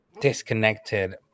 disconnected